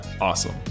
Awesome